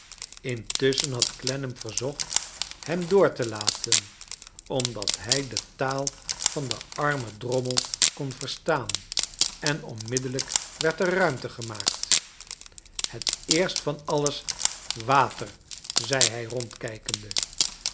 intusschen had clennam verzocht liem door te laten omdat hij de taal van den arnien drommel kon verstaan en onmiddellijk werd er ruimte gemaakt het eerst van alles water zei hij rondkijkende